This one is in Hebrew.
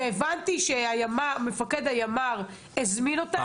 הבנתי שמפקד הימ"ר הזמין אותם.